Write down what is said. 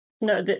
No